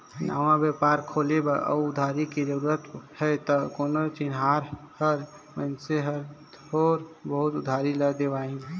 नवा बेपार खोलबे अउ उधारी के जरूरत हे त कोनो चिनहार कर मइनसे हर थोर बहुत उधारी ल देवाही